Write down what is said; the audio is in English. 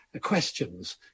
questions